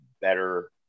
better